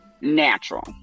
natural